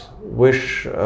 wish